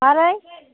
मारै